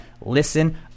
listen